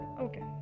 okay